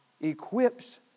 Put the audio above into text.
equips